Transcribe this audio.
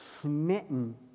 smitten